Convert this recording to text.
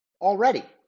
already